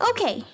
Okay